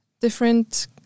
different